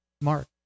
Mark